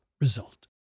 result